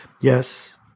yes